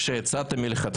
באזור מסוים של מכרה